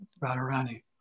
Radharani